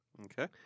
Okay